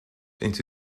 into